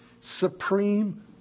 Supreme